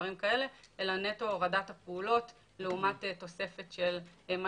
אלא נטו הורדת הפעולות לעומת תוספת של מה